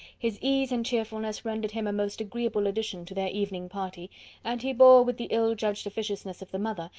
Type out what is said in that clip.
his ease and cheerfulness rendered him a most agreeable addition to their evening party and he bore with the ill-judged officiousness of the mother,